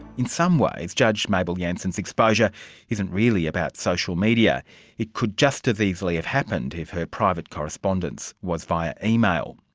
in some ways judge mabel jansen's exposure isn't really about social media it could just have easily of happened if her private correspondence was via email.